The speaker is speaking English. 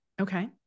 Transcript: Okay